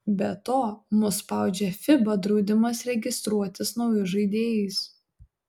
be to mus spaudžia fiba draudimas registruotis naujus žaidėjais